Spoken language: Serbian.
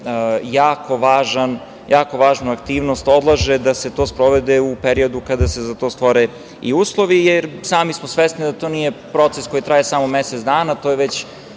apsolutno jako važnu aktivnost odlaže, da se to sprovede u periodu kada se za to stvore i uslovi. Sami smo svesni da to nije proces koji traje samo mesec dana, to je već